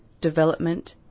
development